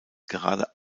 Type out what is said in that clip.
gerade